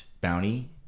bounty